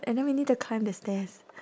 and then we need to climb the stairs